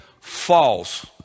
false